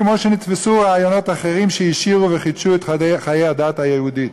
כמו שנתפסו רעיונות אחרים שהשאירו וחידשו את חיי הדת היהודית.